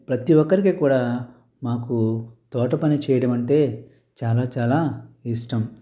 ప్రతి ఒక్కరికి కూడా మాకు తోట పని చేయడం అంటే చాలా చాలా ఇష్టం